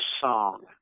song